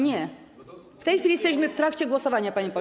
Nie, w tej chwili jesteśmy w trakcie głosowania, panie pośle.